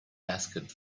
asked